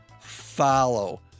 follow